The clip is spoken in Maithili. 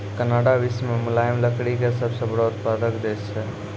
कनाडा विश्व मॅ मुलायम लकड़ी के सबसॅ बड़ो उत्पादक देश छै